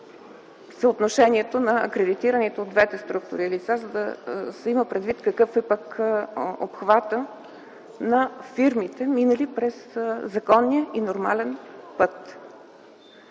съотношението на акредитираните от двете структури лица, за да се има предвид какъв е пък обхватът на фирмите, минали през законния и нормален път.